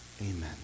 Amen